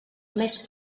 més